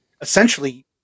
essentially